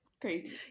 Crazy